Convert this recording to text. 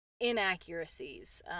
inaccuracies